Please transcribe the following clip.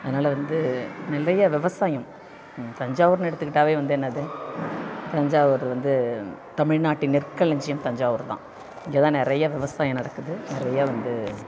அதனால் வந்து நிறைய விவசாயம் தஞ்சாவூர்னு எடுத்துக்கிட்டாவே வந்து என்னது தஞ்சாவூர் வந்து தமிழ்நாட்டின் நெற்களஞ்சியம் தஞ்சாவூர் தான் இங்கே தான் நிறைய விவசாயம் நடக்குது நிறைய வந்து